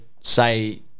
say